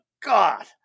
god